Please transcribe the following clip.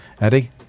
eddie